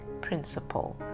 principle